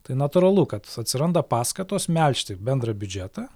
tai natūralu kad atsiranda paskatos melžti bendrą biudžetą